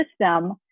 system